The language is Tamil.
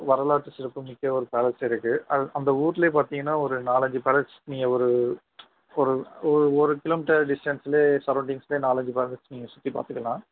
வரலாற்று சிறப்பு மிக்க ஒரு பேலஸ் இருக்குது அது அந்த ஊர்லே பார்த்தீங்கனா ஒரு நாலஞ்சி பேலஸ் நீங்கள் ஒரு ஒரு ஒரு ஒரு கிலோ மீட்டர் டிஸ்டன்ஸ்லே சரௌண்ட்டிங்ஸ்லே நாலஞ்சு பேலஸ் நீங்கள் சுற்றி பார்த்துக்கலாம்